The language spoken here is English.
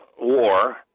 war